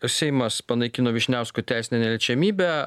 seimas panaikino vyšniauskui teisinę neliečiamybę